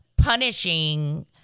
punishing